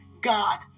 God